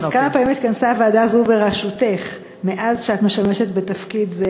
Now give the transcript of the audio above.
אז כמה פעמים התכנסה הוועדה זו בראשותך מאז את משמשת בתפקיד זה?